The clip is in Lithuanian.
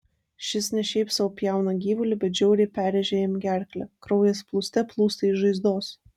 šis ne šiaip sau pjauna gyvulį bet žiauriai perrėžia jam gerklę kraujas plūste plūsta iš žaizdos